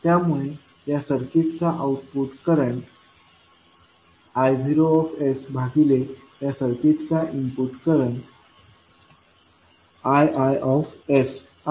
त्यामुळे या सर्किटचा आउटपुट करंट I0 भागिले या सर्किटचा इनपुट करंट Ii आहे